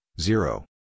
zero